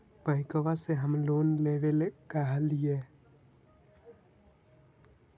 बैंकवा से हम लोन लेवेल कहलिऐ?